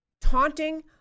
taunting